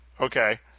Okay